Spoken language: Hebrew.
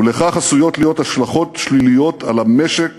ולכך עשויות להיות השלכות שליליות על המשק